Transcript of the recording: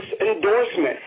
endorsement